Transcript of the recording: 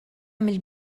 mill